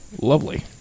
Lovely